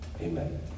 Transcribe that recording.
Amen